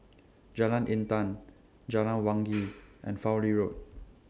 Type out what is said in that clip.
Jalan Intan Jalan Wangi and Fowlie Road